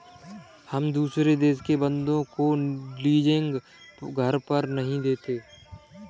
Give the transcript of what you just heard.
हम दुसरे देश के बन्दों को लीजिंग पर घर नहीं देते